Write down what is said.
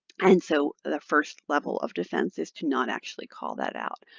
and so the first level of defense is to not actually call that out.